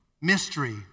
mystery